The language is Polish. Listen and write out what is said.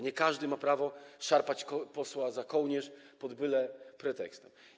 Nie każdy ma prawo szarpać posła za kołnierz pod byle pretekstem.